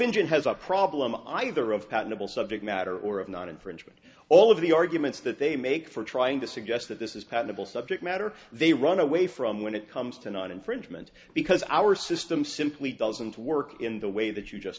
engine has a problem either of patentable subject matter or of non infringement all of the arguments that they make for trying to suggest that this is patentable subject matter they run away from when it comes to non infringement because our system simply doesn't work in the way that you just